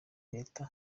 reta